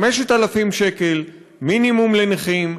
5,000 שקלים מינימום לנכים,